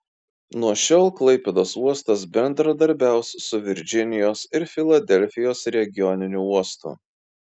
nuo šiol klaipėdos uostas bendradarbiaus su virdžinijos ir filadelfijos regioniniu uostu